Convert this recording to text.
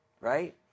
right